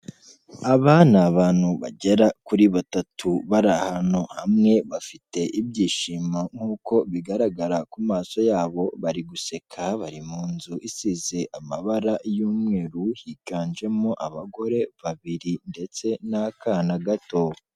Aba ni abantu bagera kuri batatu bari ahantu hamwe bafite ibyishimo nk'uko bigaragara ku maso yabo, bari guseka, bari mu nzu isize amabara y'umweru higanjemo abagore babiri ndetse n'akana gato.